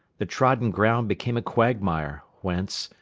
the trodden ground became a quagmire, whence,